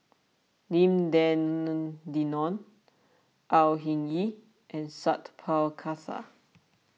Lim Denan Denon Au Hing Yee and Sat Pal Khattar